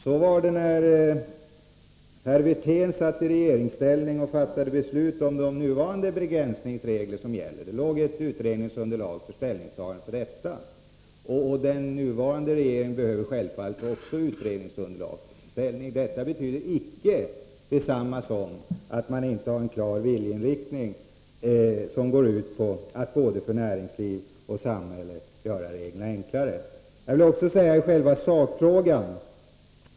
Så var det när herr Wirtén satt i regeringsställning och fattade beslut om de begränsningsregler som nu gäller. Det låg en utredning till grund för det ställningstagandet. Den nuvarande regeringen behöver självfallet också utredningsunderlag. Detta betyder icke att vi inte har en klar viljeinriktning som går ut på att för både näringsliv och samhälle göra reglerna enklare. I själva sakfrågan vill jag säga följande.